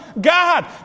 God